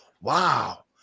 Wow